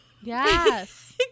Yes